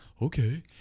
Okay